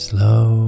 Slow